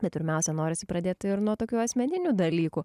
bet pirmiausia norisi pradėti ir nuo tokių asmeninių dalykų